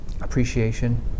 appreciation